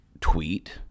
tweet